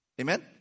Amen